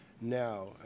now